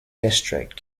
district